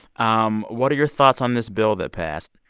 um what are your thoughts on this bill that passed?